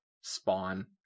spawn